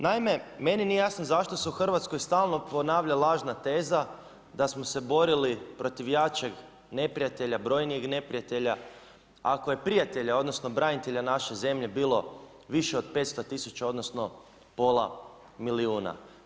Naime, meni nije jasno zašto se u Hrvatskoj stalno ponavlja lažna teza da smo se borili protiv jačeg neprijatelja, brojnijeg neprijatelja ako je prijatelja odnosno branitelja naše zemlje bilo više od 500 000 odnosno pola milijuna?